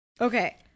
Okay